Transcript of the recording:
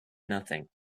nothing